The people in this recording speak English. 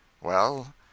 Well